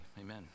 amen